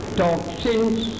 toxins